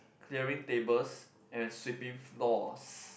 clearing tables and sweeping floors